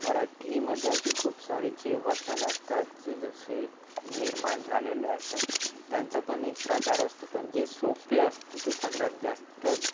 मराठीमध्ये अशी खूप सारी जे वचनं असतात जे जसे निर्माण झालेले असतात त्यांचा पण एक प्रकार असतो पण जे सोपे असतो ते सगळ्यात जास्त